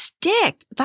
stick